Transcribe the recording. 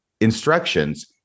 instructions